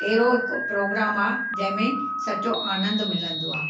अहिड़ो हिकु प्रोग्राम आहे जंहिं में सचो आनंदु मिलंदो आहे